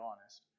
honest